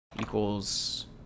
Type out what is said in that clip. equals